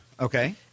Okay